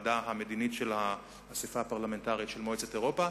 הוועדה המדינית של האספה הפרלמנטרית של מועצת אירופה,